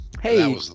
Hey